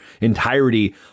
entirety